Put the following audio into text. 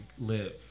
live